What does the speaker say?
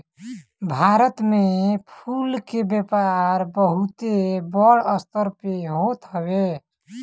भारत में फूल के व्यापार बहुते बड़ स्तर पे होत हवे